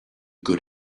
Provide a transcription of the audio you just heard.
good